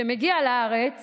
שמגיע לארץ